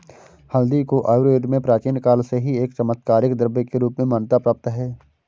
हल्दी को आयुर्वेद में प्राचीन काल से ही एक चमत्कारिक द्रव्य के रूप में मान्यता प्राप्त है